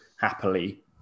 happily